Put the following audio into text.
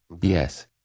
Yes